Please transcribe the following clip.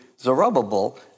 Zerubbabel